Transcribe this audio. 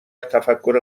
تفکر